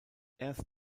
erst